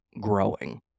growing